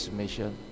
mission